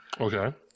Okay